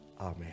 Amen